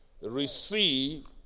receive